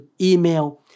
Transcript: email